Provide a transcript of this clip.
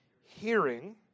hearing